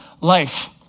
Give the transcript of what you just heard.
life